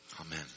Amen